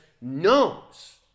knows